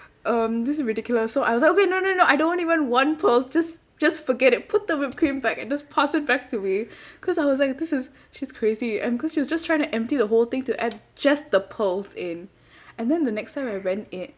um this is ridiculous so I was okay no no no I don't want even want pearls just just forget it put the whipped cream back and just pass it back to me because I was like this is she's crazy and because she was just trying to empty the whole thing to add just the pearls in and then the next time I went in